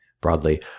broadly